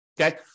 Okay